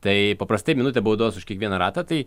tai paprastai minutė baudos už kiekvieną ratą tai